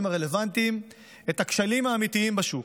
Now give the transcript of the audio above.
הרלוונטיים את הכשלים האמיתיים בשוק.